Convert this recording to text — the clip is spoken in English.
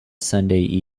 sunday